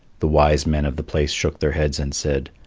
the wise men of the place shook their heads and said,